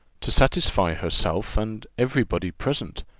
to satisfy herself and every body present.